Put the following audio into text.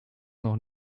noch